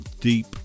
deep